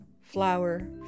flower